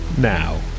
Now